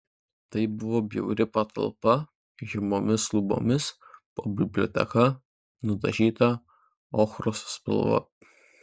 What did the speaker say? tai buvo bjauri patalpa žemomis lubomis po biblioteka nudažyta ochros spalva